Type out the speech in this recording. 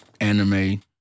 anime